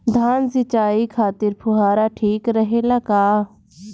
धान सिंचाई खातिर फुहारा ठीक रहे ला का?